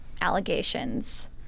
allegations